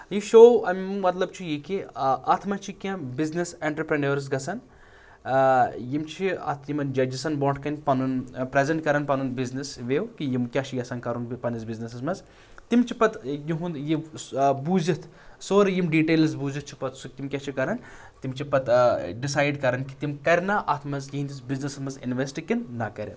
یہِ شو اَمیُٚک مطلب چھُ یہِ کہ اَتھ منٛز چھِ کینٛہہ بِزنِس اَنٹَرپِرٛنٔرٕس گژھان یِم چھِ اَتھ یِمَن جَجزَن برونٛٹھ کَنۍ پَنُن پرٛزَنٛٹ کَران پَنُن بِزنِس وِو کہ یِم کیاہ چھِ یَژھان کَرُن پَنٛنِس بِزنِسَس منٛز تِم چھِ پَتہٕ یُہُنٛد یہِ بوٗزِتھ سورُے یِم ڈِٹیلٕز بوٗزِتھ چھِ پَتہٕ سُہ تِم کیاہ چھِ کَران تِم چھِ پَتہٕ ڈِسایڈ کَران کہ تِم کَرِنہ اَتھ منٛز یِہِنٛدِس بِزنِسَس منٛز اِنوٮ۪سٹ کِنہٕ نہ کَرن